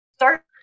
start